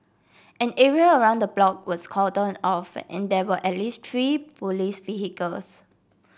an area around the block was cordon off and there were at least three police vehicles